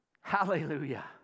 Hallelujah